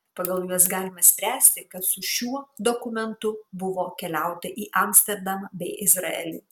pagal juos galima spręsti kad su šiuo dokumentu buvo keliauta į amsterdamą bei izraelį